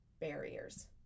barriers